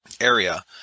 area